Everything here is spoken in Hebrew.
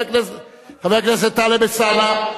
חבר הכנסת טלב אלסאנע,